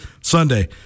Sunday